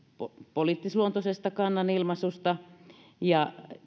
poliittisluontoisesta kannanilmaisusta ja